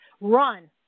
Run